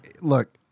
Look